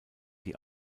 die